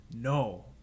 No